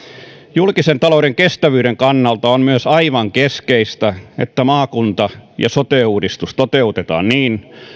julkisen talouden kestävyyden kannalta on myös aivan keskeistä että maakunta ja sote uudistus toteutetaan niin